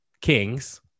kings